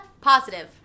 Positive